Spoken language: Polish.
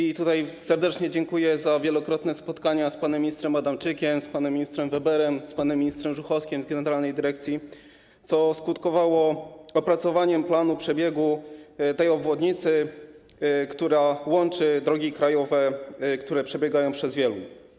I tutaj serdecznie dziękuję za wielokrotne spotkania z panem ministrem Adamczykiem, z panem ministrem Weberem, z panem ministrem Żuchowskim z generalnej dyrekcji, co skutkowało opracowaniem planu przebiegu tej obwodnicy, która łączy drogi krajowe przebiegające przez Wieluń.